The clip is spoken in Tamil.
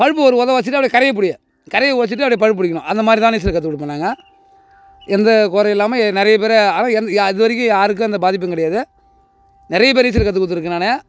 பழுப்பு ஒரு உத உதச்சிட்டு அப்டி கரையப்புடி கரைய உதச்சிட்டு அப்டி பழுப்பு பிடிக்கணும் அந்தமாதிரி தான் நீச்சல் கத்துக்குடுப்போம் நாங்கள் எந்த குறையும் இல்லாமல் நிறையப்பேர ஆனால் எந்த யா இது வரைக்கும் யாருக்கும் எந்த பாதிப்பும் கிடையாது நிறையப்பேர் நீச்சல் கற்றுக் கொடுத்துருக்கேன் நான்